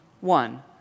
One